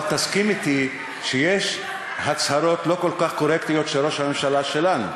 אבל תסכים אתי שיש הצהרות לא כל כך קורקטיות של ראש הממשלה שלנו.